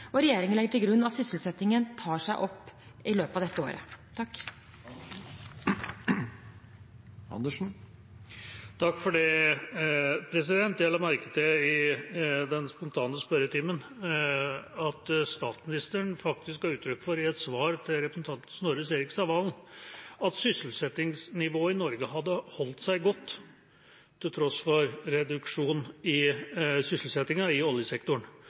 Regjeringen legger til grunn at sysselsettingen tar seg opp i løpet av dette året. Jeg la merke til at i spontanspørretimen ga statsministeren faktisk uttrykk for i et svar til representanten Snorre Serigstad Valen at sysselsettingsnivået i Norge hadde holdt seg godt, til tross for reduksjon i sysselsettingen i oljesektoren.